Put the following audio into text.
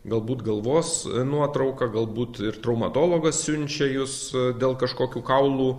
galbūt galvos nuotrauką galbūt ir traumatologas siunčia jus dėl kažkokių kaulų